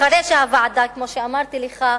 אחרי שהוועדה, כמו שאמרתי לך,